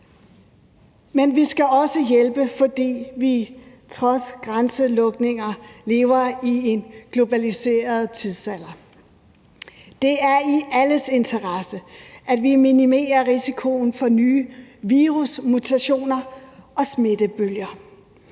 Men vi skal også hjælpe, fordi vi trods grænselukninger lever i en globaliseret tidsalder. Det er i alles interesse, at vi minimerer risikoen for nye virusmutationer og smittebølger,